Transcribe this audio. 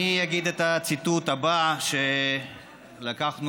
אני אגיד את הציטוט הבא, שלקחנו